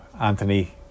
Anthony